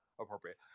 appropriate